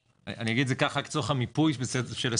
--- אני אגיד את זה רק לצורך המיפוי של הסוגייה.